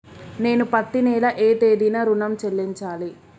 నేను పత్తి నెల ఏ తేదీనా ఋణం చెల్లించాలి?